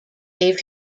gave